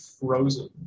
frozen